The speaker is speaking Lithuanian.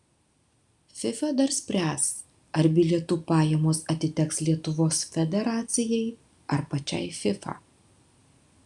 fifa dar spręs ar bilietų pajamos atiteks lietuvos federacijai ar pačiai fifa